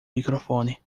microfone